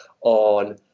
on